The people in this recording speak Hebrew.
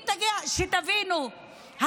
תבינו,